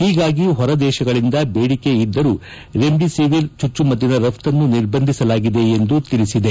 ಹೀಗಾಗಿ ಹೊರದೇಶಗಳಿಂದ ಬೇಡಿಕೆ ಇದ್ದರೂ ರೆಮ್ಡಿಸಿವಿರ್ ಚುಚ್ಚುಮದ್ದಿನ ರಫ್ತನ್ನು ನಿರ್ಬಂಧಿಸಲಾಗಿದೆ ಎಂದು ತಿಳಿಸಿದೆ